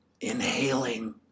inhaling